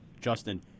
Justin